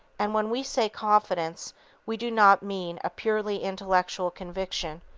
and when we say confidence we do not mean a purely intellectual conviction.